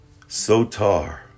Sotar